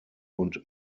und